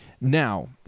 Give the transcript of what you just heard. Now